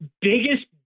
biggest